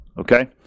okay